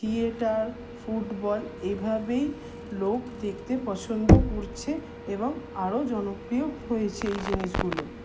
theatre football এভাবেই লোক দেখতে পছন্দ করছে এবং আরো জনপ্রিয় হয়েছে এই জিনিসগুলো